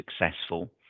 successful